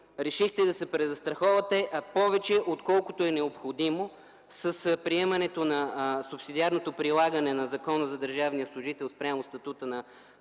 решихте да се презастраховате повече, отколкото е необходимо, с приемането на субсидиарното прилагане на Закона за държавния служител спрямо статута на